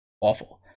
awful